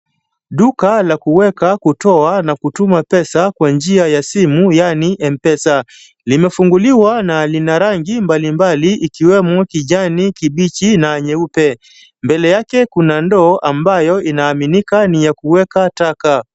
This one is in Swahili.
Duka la kuweka, kutoa na kutuma pesa kwa njia ya simu, yaani M-Pesa. Limefunguliwa na lina rangi mbalimbali ikiwemo kijani kibichi na nyeupe. Mbele yake kuna ndoo ambayo inaaminika ni ya kuweka taka.